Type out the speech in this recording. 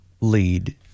lead